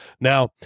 Now